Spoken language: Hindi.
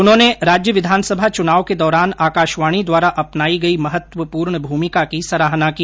उन्होंने राज्य विधानसभा चुनाव के दौरान आकाशवाणी द्वारा अपनाई गई महत्वपूर्ण भूमिका की सराहना की